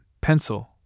pencil